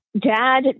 dad